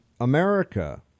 America